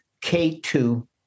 K2